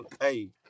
Hey